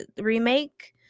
remake